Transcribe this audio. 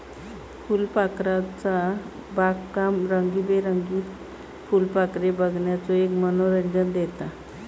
फुलपाखरूचा बागकाम रंगीबेरंगीत फुलपाखरे बघण्याचो एक मनोरंजन देता